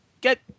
get